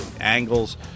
angles